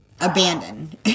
abandoned